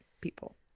people